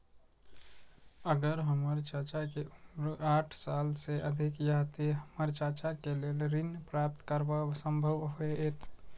अगर हमर चाचा के उम्र साठ साल से अधिक या ते हमर चाचा के लेल ऋण प्राप्त करब संभव होएत?